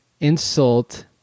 insult